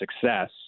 success